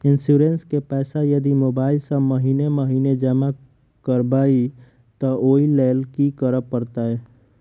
Insurance केँ पैसा यदि मोबाइल सँ महीने महीने जमा करबैई तऽ ओई लैल की करऽ परतै?